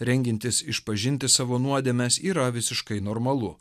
rengiantis išpažinti savo nuodėmes yra visiškai normalu